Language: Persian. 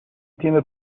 تیم